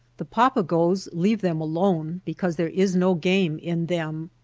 the papagoes leave them alone because there is no game in them.